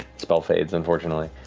spell fades unfortunately,